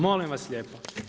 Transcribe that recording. Molim vas lijepo.